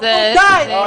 נו די.